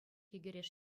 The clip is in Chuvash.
йӗкӗреш